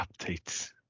updates